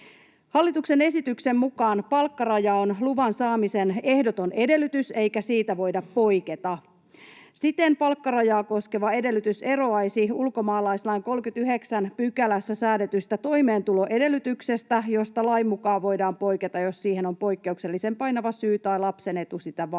Hallituksen esityksen mukaan palkkaraja on luvan saamisen ehdoton edellytys eikä siitä voida poiketa. Siten palkkarajaa koskeva edellytys eroaisi ulkomaalaislain 39 §:ssä säädetystä toimeentuloedellytyksestä, josta lain mukaan voidaan poiketa, jos siihen on poikkeuksellisen painava syy tai lapsen etu sitä vaatii.